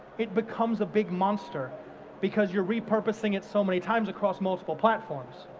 it becomes a big monster because you're repurposing it so many times across multiple platforms.